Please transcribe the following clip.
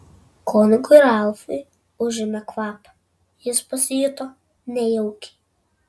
kunigui ralfui užėmė kvapą jis pasijuto nejaukiai